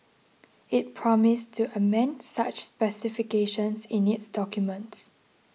it promised to amend such specifications in its documents